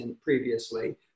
previously